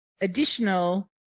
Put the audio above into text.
additional